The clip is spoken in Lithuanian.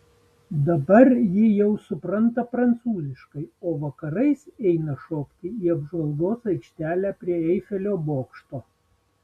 dabar ji jau supranta prancūziškai o vakarais eina šokti į apžvalgos aikštelę prie eifelio bokšto